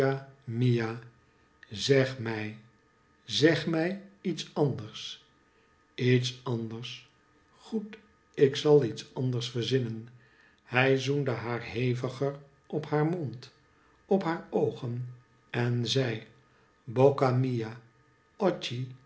mia zeg mij zeg mij iets anders lets anders goed ik zal iets anders verzinnen hij zoende haar heviger op haar mond op haar oogen en zei bocca mia